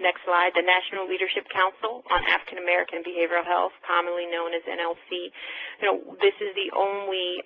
next slide, the national leadership council on african american behavioral health, commonly known as nlc. you know this is the only